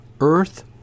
earth